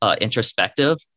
introspective